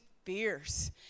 fierce